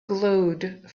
glowed